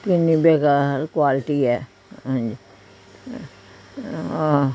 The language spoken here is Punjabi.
ਕਿੰਨੀ ਬੇਕਾਰ ਕੁਆਲਟੀ ਆ ਹਾਂਜੀ